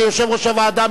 כיושב-ראש הוועדה,